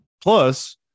Plus